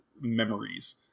memories